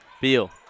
Beal